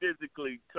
physically